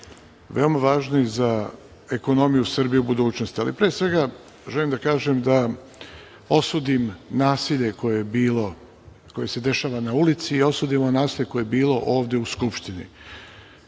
veoma važni za ekonomiju Srbije i budućnost. Ali, pre svega, želim da osudim nasilje koje je bilo, koje se dešava na ulici i osudimo nasilje koje je bilo ovde u Skupštini.